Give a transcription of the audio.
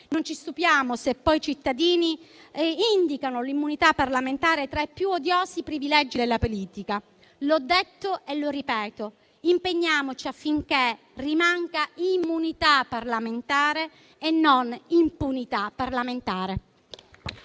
Non stupiamoci se poi i cittadini indicano l'immunità parlamentare tra i più odiosi privilegi della politica. L'ho detto e lo ripeto: impegniamoci affinché rimanga immunità parlamentare e non impunità parlamentare.